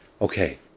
okay